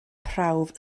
prawf